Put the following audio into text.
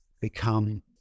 become